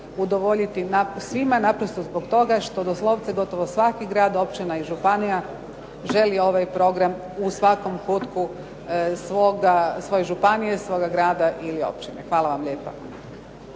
udovoljiti svima naprosto zbog toga što doslovce gotovo svaki grad, općina i županija želi ovaj program u svakom kutku svoje županije, svoga grada ili općine. Hvala vam lijepa.